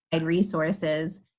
resources